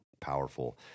powerful